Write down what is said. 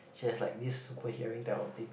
she has like this super hearing type of thing